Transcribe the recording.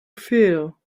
feel